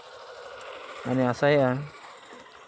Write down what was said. ᱢᱟᱱᱮ ᱟᱥᱟᱭᱟᱹᱧ